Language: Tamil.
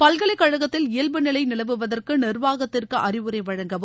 பல்கலைக்கழகத்தில் இயல்பு நிலை நிலவுவதற்கு நிர்வாகத்திற்கு அறிவுரை வழங்கவும்